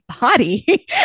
body